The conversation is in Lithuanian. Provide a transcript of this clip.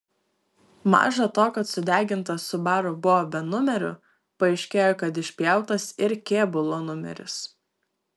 maža to kad sudegintas subaru buvo be numerių paaiškėjo kad išpjautas ir kėbulo numeris